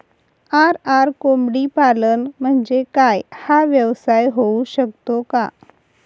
RR कोंबडीपालन म्हणजे काय? हा व्यवसाय होऊ शकतो का?